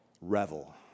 revel